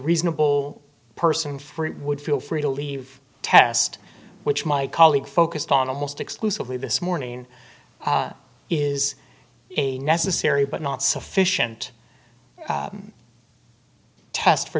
reasonable person free would feel free to leave test which my colleague focused on almost exclusively this morning is a necessary but not sufficient test for